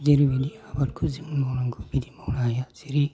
जेरैबायदि आबादखौ जों मावनांगौ बिदि मावनो हाया जेरै